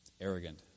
arrogant